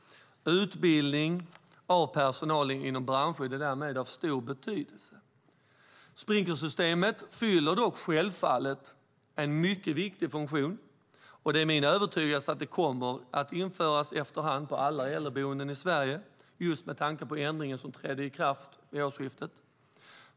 Utbildning av personal inom brandskydd är därmed av stor betydelse. Sprinklersystem fyller självfallet en mycket viktig funktion, och det är min övertygelse att det kommer att införas efter hand på alla äldreboenden i Sverige, just med tanke på ändringen som trädde i kraft vid årsskiftet.